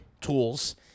tools